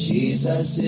Jesus